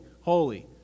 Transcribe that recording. holy